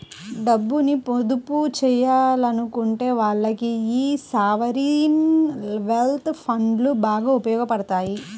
డబ్బుని పొదుపు చెయ్యాలనుకునే వాళ్ళకి యీ సావరీన్ వెల్త్ ఫండ్లు బాగా ఉపయోగాపడతాయి